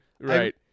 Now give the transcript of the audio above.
Right